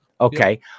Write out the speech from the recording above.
Okay